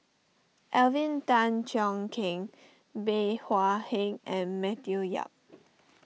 Alvin Tan Cheong Kheng Bey Hua Heng and Matthew Yap